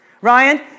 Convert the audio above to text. Ryan